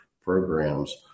programs